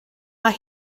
mae